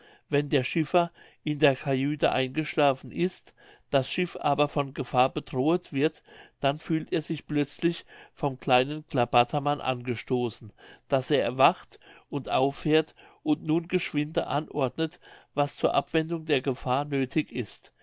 wenn der schiffer in der kajüte eingeschlafen ist das schiff aber von gefahr bedrohet wird dann fühlt er sich plötzlich vom kleinen klabatermann angestoßen daß er erwacht und auffährt und nun geschwinde anordnet was zur abwendung der gefahr nöthig ist